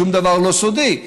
שום דבר לא סודי,